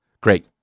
great